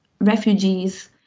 refugees